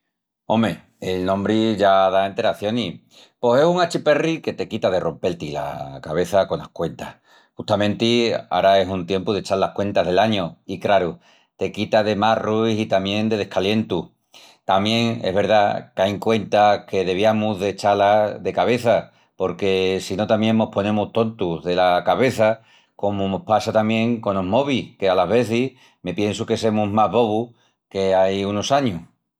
Ome, el nombri ya da enteracionis. Pos es un achiperri que te quita de rompel-ti la cabeça conas cuentas. Justamenti ara es un tiempu d'echal las cuentas del añu i, craru, te quita de marrus i tamién de descalientus. Tamién es verdá qu'ain cuentas que deviamus d'echá-las de cabeça porque si no tamién mos ponemus tontus dela cabeça comu mos passa tamién conos mobis qu'alas vezis me piensu que semus más bobus qu'ai unus añus.